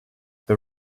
the